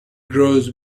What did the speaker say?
grows